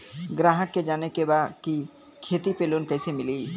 ग्राहक के जाने के बा की खेती पे लोन कैसे मीली?